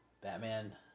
Batman